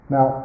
Now